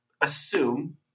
assume